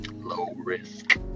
low-risk